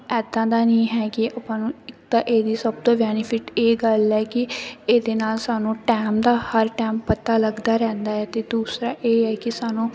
ਇੱਦਾਂ ਦਾ ਨਹੀਂ ਹੈਗੇ ਆਪਾਂ ਨੂੰ ਇੱਕ ਤਾਂ ਇਹਦੀ ਸਭ ਤੋਂ ਬੈਨੀਫਿਟ ਇਹ ਗੱਲ ਹੈ ਕਿ ਇਹਦੇ ਨਾਲ ਸਾਨੂੰ ਟਾਈਮ ਦਾ ਹਰ ਟਾਈਮ ਪਤਾ ਲੱਗਦਾ ਰਹਿੰਦਾ ਹੈ ਅਤੇ ਦੂਸਰਾ ਇਹ ਹੈ ਕਿ ਸਾਨੂੰ